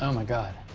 um my god.